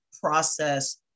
process